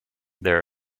there